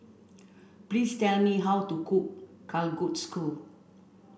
please tell me how to cook Kalguksu